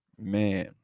man